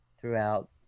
throughout